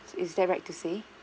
is that right to say